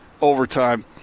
overtime